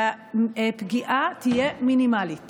והפגיעה תהיה מינימלית